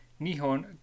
Nihon